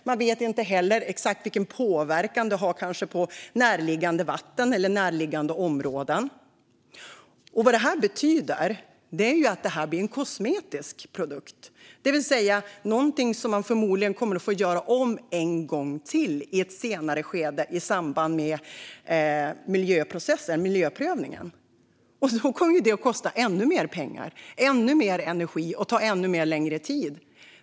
Man vet inte heller exakt vilken påverkan det kan ha på närliggande vatten eller närliggande områden. Vad det betyder är att det här blir en kosmetisk produkt, det vill säga någonting som man förmodligen kommer att få göra om en gång till i ett senare skede i samband med miljöprövningen. Då kommer det ju att kosta ännu mer pengar, ännu mer energi och ta ännu längre tid.